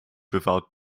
without